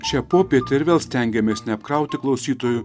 šią popietę ir vėl stengiamės neapkrauti klausytojų